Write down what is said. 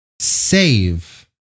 save